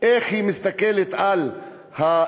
איך היא מסתכלת על הפלסטינים,